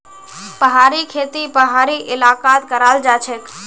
पहाड़ी खेती पहाड़ी इलाकात कराल जाछेक